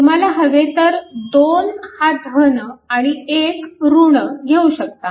तुम्हाला हवे तर 2 हा धन आणि 1 ऋण घेऊ शकता